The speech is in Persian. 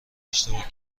اشتباه